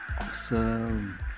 Awesome